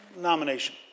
nomination